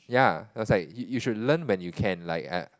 ya I was like you should learn when you can like uh